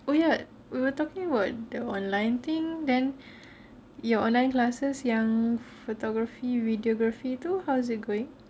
oh ya we were talking about the online thing then your online classes yang photography videography itu how is it going